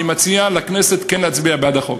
אני מציע לכנסת כן להצביע בעד החוק.